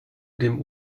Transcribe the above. dem